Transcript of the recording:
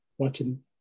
watching